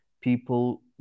people